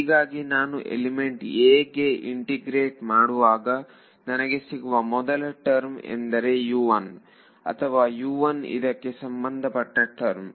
ಹೀಗಾಗಿ ನಾನು element a ಗೆ ಇಂಟಿಗ್ರೆಟ್ ಮಾಡುವಾಗನನಗೆ ಸಿಗುವ ಮೊದಲ ಟರ್ಮ್ ಎಂದರೆ U1 ಅಥವಾ U1 ಇದಕ್ಕೆ ಸಂಬಂಧಪಟ್ಟ ಟರ್ಮ್